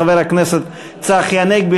חבר הכנסת צחי הנגבי,